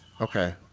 okay